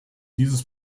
dieses